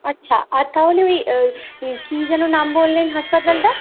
আচ্ছা আর তাহলে ওই কী যেন নাম বললেন হাসপাতালটা